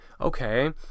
okay